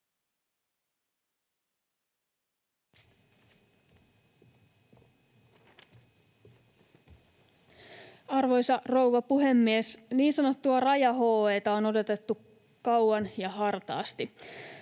Arvoisa rouva puhemies! Niin sanottua raja-HE:tä on odotettu kauan ja hartaasti.